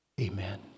Amen